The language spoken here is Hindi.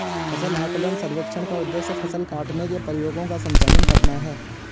फसल आकलन सर्वेक्षण का उद्देश्य फसल काटने के प्रयोगों का संचालन करना है